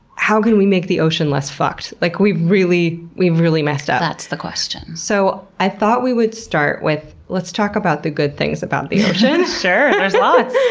how can we make the ocean less fucked? like, we really we really messed up. that's the question. so i thought we would start with, let's talk about the good things about the ocean. sure, there's lots!